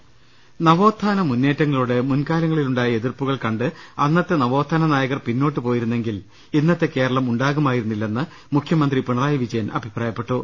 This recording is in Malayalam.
് നവോത്ഥാന മുന്നേറ്റങ്ങളോട് മുൻകാലങ്ങളിലുണ്ടായ എതിർപ്പുകൾ കണ്ട് അന്നത്തെ നവോത്ഥാന നായകർ പിന്നോട്ടുപോയിരുന്നെങ്കിൽ ഇന്നത്തെ കേരളം ഉണ്ടാകുമായിരുന്നില്ലെന്ന് മുഖ്യമന്ത്രി പിണറായി വിജയൻ അഭിപ്രായപ്പെ ട്ടു